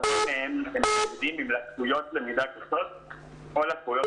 רבים מהם הם ילדים עם לקויות למידה קשות או לקויות